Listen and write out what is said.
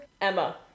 emma